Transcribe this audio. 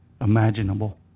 imaginable